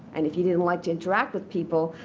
and if you didn't like to interact with people,